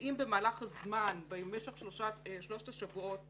שאם במהלך הזמן, במשך שלושת השבועות